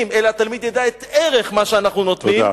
שלא רק אנחנו נותנים אלא התלמיד ידע את ערך מה שאנחנו נותנים,